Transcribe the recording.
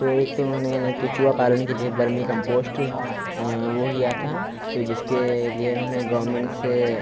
तो एक तो उन्होंने केंचुआ पालने के लिए एक बर्मी कम्पोश्ट वह किया था तो जिसके लिए इन्होंने गौरमेन्ट से